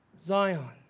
Zion